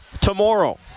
tomorrow